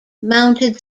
mounted